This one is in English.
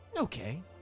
Okay